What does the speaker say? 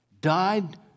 Died